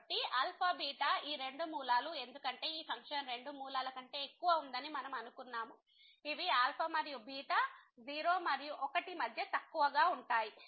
కాబట్టిఈ రెండు మూలాలు ఎందుకంటే ఈ ఫంక్షన్ రెండు మూలాల కంటే ఎక్కువ ఉందని మనము అనుకున్నాము ఇవి మరియు 0 మరియు 1 మధ్య తక్కువగా ఉంటాయి